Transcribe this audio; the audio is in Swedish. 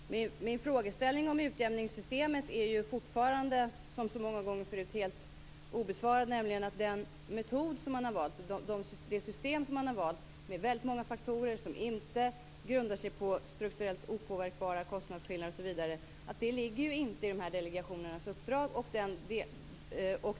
Fru talman! Min frågeställning om utjämningssystemet står fortfarande, som så många gånger förut, helt obesvarad. Det system som man har valt, med väldigt många faktorer som inte grundar sig på strukturellt opåverkbara kostnadsskillnader osv., ligger inte i de här delegationernas uppdrag.